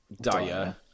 Dyer